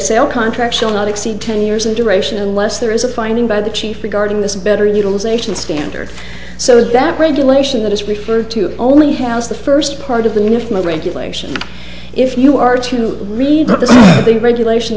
sale contract shall not exceed ten years and duration unless there is a finding by the chief regarding this better utilization standard so that regulation that is referred to only has the first part of the nif my regulation if you are to read this the regulation